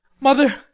Mother